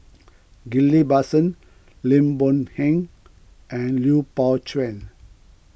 Ghillie Basan Lim Boon Heng and Lui Pao Chuen